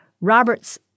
Robert's